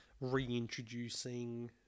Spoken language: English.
reintroducing